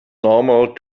normal